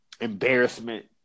embarrassment